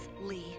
Lee